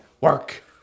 work